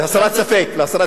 להסרת ספק.